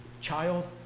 child